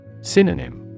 Synonym